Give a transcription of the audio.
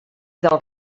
dels